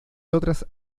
otras